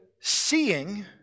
seeing